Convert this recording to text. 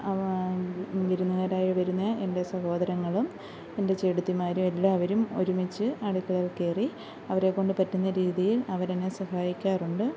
വിരുന്നുകാരായി വരുന്ന എൻ്റെ സഹോദരങ്ങളും എൻ്റെ ചേടത്തിമാരും എല്ലാവരും ഒരുമിച്ച് അടുക്കളയിൽ കയറി അവരെ കൊണ്ട് പറ്റുന്ന രീതിയിൽ അവർ എന്നെ സഹായിക്കാറുണ്ട്